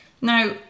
Now